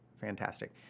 fantastic